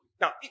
Now